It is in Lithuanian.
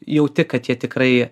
jauti kad jie tikrai